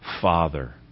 Father